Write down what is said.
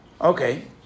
Okay